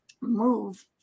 move